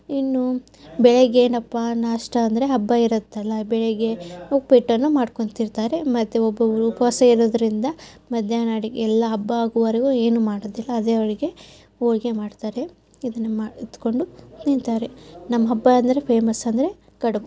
ಇನ್ನೂ ಬೆಳಗ್ಗೆ ಏನಪ್ಪ ನಾಷ್ಟ ಅಂದರೆ ಹಬ್ಬ ಇರುತ್ತಲ್ಲ ಬೆಳಗ್ಗೆ ಉಪ್ಪಿಟ್ಟನ್ನು ಮಾಡ್ಕೊಳ್ತಿರ್ತಾರೆ ಮತ್ತು ಒಬ್ಬೊಬ್ಬರು ಉಪವಾಸ ಇರೋದರಿಂದ ಮಧ್ಯಾಹ್ನ ಅಡುಗೆ ಎಲ್ಲ ಹಬ್ಬ ಆಗುವವರೆಗೂ ಏನೂ ಮಾಡೋದಿಲ್ಲ ಆ ದೇವರಿಗೆ ಪೂಜೆ ಮಾಡ್ತಾರೆ ಇದನ್ನು ಮಾ ಎತ್ಕೊಂಡು ತಿಂತಾರೆ ನಮ್ಮ ಹಬ್ಬ ಅಂದರೆ ಫೇಮಸ್ ಅಂದರೆ ಕಡ್ಬು